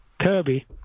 Kirby